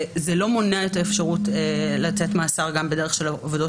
זה לא מונע את האפשרות לתת מאסר גם בדרך של עבודות